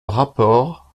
rapport